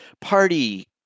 party